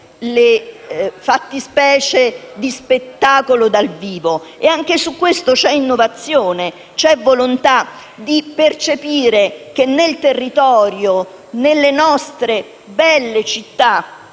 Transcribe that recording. le fattispecie di spettacolo dal vivo e anche in questo campo ci sono innovazione e volontà di percepire quanto nel territorio, nelle nostre belle città,